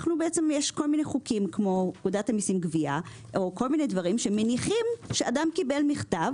יש כל מיני חוקים כמו פקודת המיסם (גבייה) ואחרים שמניחים שאדם קיבל מכתב